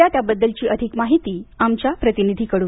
या त्याबद्दलची अधिक माहिती आमच्या प्रतिनिधीकडून